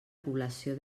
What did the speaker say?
població